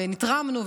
ונתרמנו,